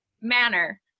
manner